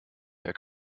der